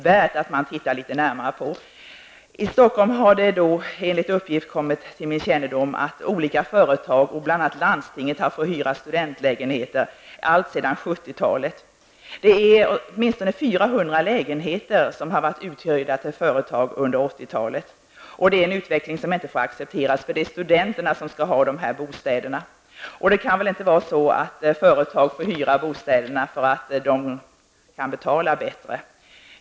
Detta borde uppmärksammas. Enligt uppgifter som jag har fått till min kännedom har i Stockholm olika företag och bl.a. landstinget alltsedan 70-talet fått hyra studentlägenheter. Det är åtminstone 400 talet. Denna utveckling får inte accepteras. Det är studenter som skall ha dessa bostäder. Det får inte vara så att företag får hyra dessa bostäder bara för att de kan betala bättre.